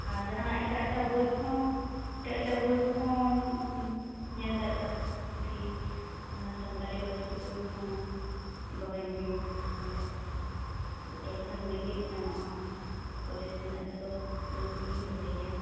ᱟᱨ ᱡᱟᱦᱟᱱᱟᱜ ᱮᱴᱟᱜ ᱮᱴᱟᱜ ᱵᱚᱭ ᱠᱚᱦᱚᱸ ᱮᱴᱟᱜ ᱮᱴᱟᱜ ᱵᱚᱭ ᱠᱚᱦᱚᱸᱢ ᱧᱮᱞ ᱫᱟᱲᱮᱭᱟᱜᱼᱟ ᱠᱤ ᱥᱟᱱᱛᱟᱲᱤ ᱚᱞᱪᱤᱠᱤ ᱵᱚᱭ ᱠᱚᱦᱚᱸ ᱫᱚᱦᱚᱭ ᱜᱤᱭᱟ ᱧ ᱱᱚᱰᱮ ᱡᱚᱛᱚᱞᱮᱠᱟᱱ ᱵᱚᱭ ᱜᱮ ᱧᱟᱢᱚᱜᱼᱟ ᱠᱚᱞᱮᱡᱽ ᱨᱮᱱᱟᱜ ᱡᱚᱛᱚ ᱵᱚᱭ ᱠᱚᱜᱮᱧ ᱫᱚᱦᱚᱭ ᱜᱮᱭᱟ